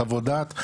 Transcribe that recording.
חוות דעת,